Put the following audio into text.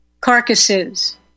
carcasses